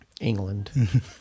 England